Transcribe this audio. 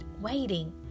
waiting